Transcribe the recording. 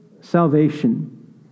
salvation